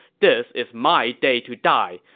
this is my day to die.